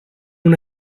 una